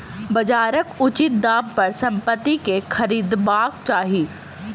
बजारक उचित दाम पर संपत्ति के खरीदबाक चाही